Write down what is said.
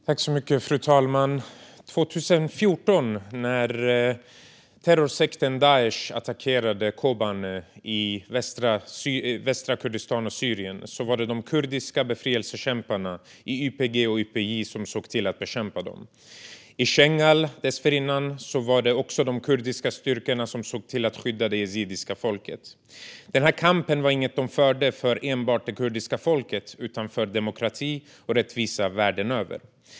Fru talman! År 2014, när terrorsekten Daish attackerade Kobane i västra Kurdistan och Syrien, var det de kurdiska befrielsekämparna i YPG och YPJ som såg till att bekämpa dem. I Shingal var det också de kurdiska styrkorna som skyddade det yazidiska folket. Den här kampen förde de inte enbart för det kurdiska folket utan för demokrati och rättvisa världen över.